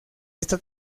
esta